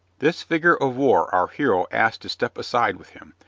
this figure of war our hero asked to step aside with him,